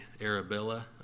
Arabella